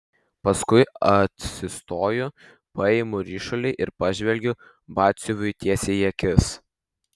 paskui atsistoju paimu ryšulį ir pažvelgiu batsiuviui tiesiai į akis